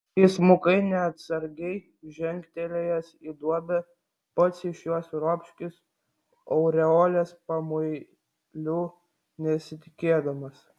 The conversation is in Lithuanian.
įsmukai neatsargiai žengtelėjęs į duobę pats iš jos ropškis aureolės pamuilių nesitikėdamas